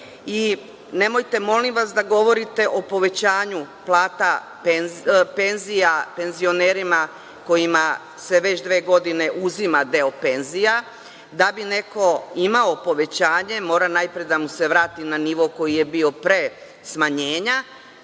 Nemojte, molim vas, da govorite o povećanju penzija penzionerima, kojima se već dve godine uzima deo penzija. Da bi neko imao povećanje, mora najpre da mu se vrati na nivo koji je bio pre smanjenja,